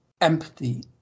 empty